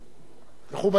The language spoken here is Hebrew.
אדוני היושב-ראש,